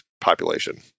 population